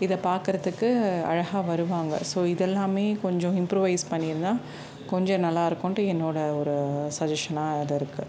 இதை பார்க்கறத்துக்கு அழகாக வருவாங்க ஸோ இதெல்லாமே கொஞ்சம் இம்ப்ரூவைஸ் பண்ணி இருந்தால் கொஞ்சம் நல்லா இருக்குன்ட்டு என்னோட ஒரு சஜஷன்னாக அது இருக்கு